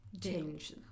change